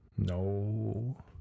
No